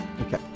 Okay